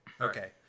Okay